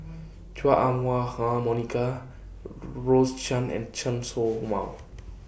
Chua Ah Huwa Monica Rose Chan and Chen Show Mao